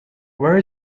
where